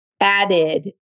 added